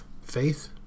faith